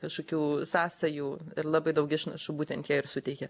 kažkokių sąsajų ir labai daug išnašų būtent jie ir suteikia